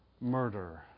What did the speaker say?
murder